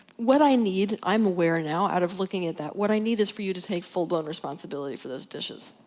what i need, i'm aware now, out of looking at that what i need is for you to take full blown responsibility for those dishes.